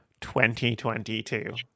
2022